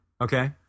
Okay